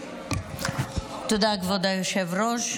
תודה, כבוד היושב-ראש.